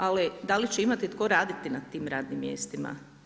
Ali, da li će imati tko raditi na tim radnim mjestima?